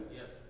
Yes